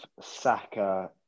Saka